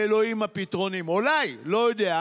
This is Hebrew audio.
לה' הפתרונים, אולי, לא יודע.